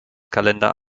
kalender